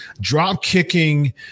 drop-kicking